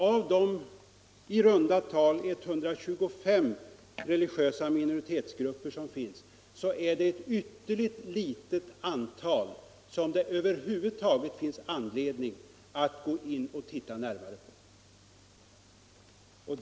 Av de i runt tal 125 religiösa minoritetsgrupper som finns här i landet är det ett ytterligt litet antal som det över huvud taget finns anledning att se närmare på.